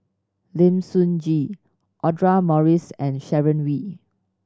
Lim Sun Gee Audra Morrice and Sharon Wee